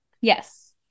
Yes